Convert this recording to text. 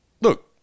look